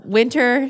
winter